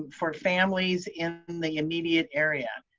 and for families in the immediate area?